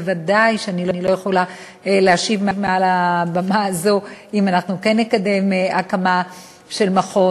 ודאי שאני לא יכולה להשיב מעל הבמה הזאת אם אנחנו כן נקדם הקמה של מכון.